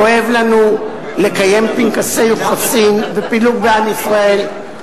כואב לנו לקיים פנקסי יוחסין ופילוג בעם ישראל.